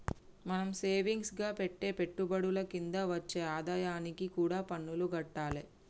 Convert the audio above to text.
మనం సేవింగ్స్ గా పెట్టే పెట్టుబడుల కింద వచ్చే ఆదాయానికి కూడా పన్నులు గట్టాలే